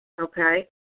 Okay